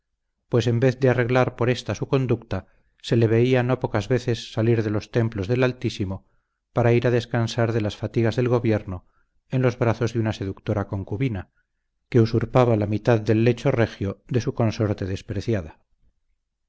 pues en vez de arreglar por ésta su conducta se le veía no pocas veces salir de los templos del altísimo para ir a descansar de las fatigas del gobierno en los brazos de una seductora concubina que usurpaba la mitad del lecho regio de su consorte despreciada